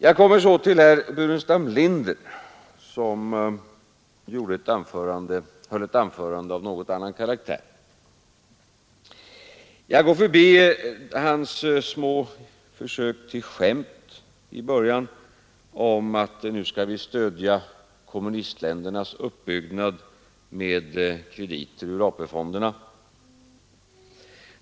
Jag kommer så till herr Burenstam Linder, som höll ett anförande av något annan karaktär. Jag går förbi hans små försök till skämt i början om att vi nu skall stödja kommunistländernas uppbyggnad med krediter ur AP-fonderna.